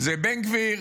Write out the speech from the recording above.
זה בן גביר,